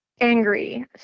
Angry